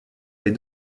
les